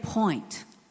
point